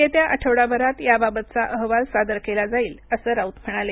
येत्या आठवडाभरात याबाबतचा अहवाल सादर केला जाईल असं राऊत म्हणाले